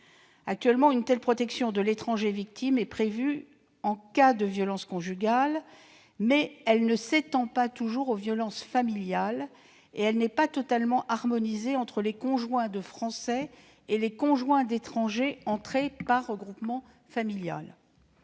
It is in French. Actuellement, une telle protection de l'étranger victime est prévue en cas de violences conjugales, mais elle ne s'étend pas toujours aux violences familiales ; par ailleurs, elle n'est pas totalement harmonisée entre les conjoints de Français et les conjoints d'étranger entrés en France par le